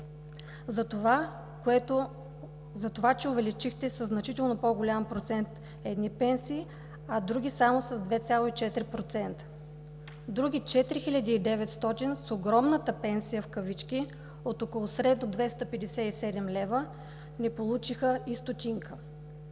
за това че увеличихте със значително по-голям процент едни пенсии, а други – само с 2,4%? Други 4900 с „огромната пенсия“ от около средно 257 лв. не получиха и стотинка.